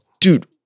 Dude